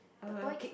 a kick